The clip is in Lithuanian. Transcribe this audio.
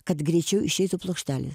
kad greičiau išeitų plokštelė